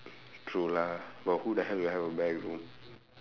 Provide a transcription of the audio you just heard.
true lah but who the hell would have a black room